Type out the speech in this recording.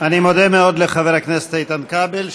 אני מודה מאוד לחבר הכנסת איתן כבל,